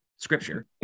scripture